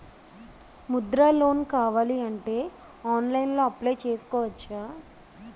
Mudra loan కావాలి అంటే ఆన్లైన్లో అప్లయ్ చేసుకోవచ్చా?